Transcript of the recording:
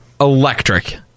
electric